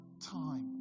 time